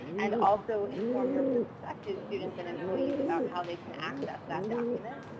and also inform your perspective students and employees about how they can access that document.